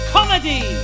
Comedy